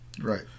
Right